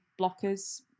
blockers